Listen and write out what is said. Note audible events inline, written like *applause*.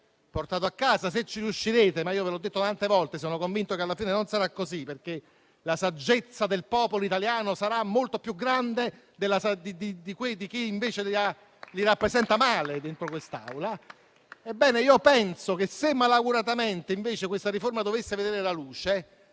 riforma - se ci riuscirete, ma io ve l'ho detto tante volte, sono convinto che alla fine non sarà così, perché la saggezza del popolo italiano sarà molto più grande di chi invece li rappresenta (male) dentro quest'Aula *applause* -, se malauguratamente questa riforma dovesse vedere la luce,